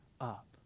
up